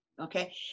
Okay